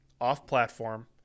off-platform